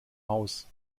haus